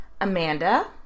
Amanda